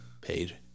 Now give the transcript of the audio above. paid